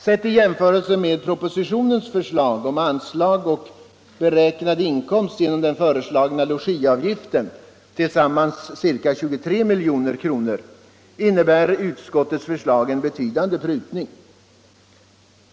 Sett i jämförelse med propositionens förslag om anslag och beräknade inkomster genom den föreslagna logiavgiften, tillsammans ca 23 milj.kr., innebär utskottets förslag en betydande prutning.